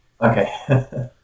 Okay